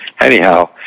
Anyhow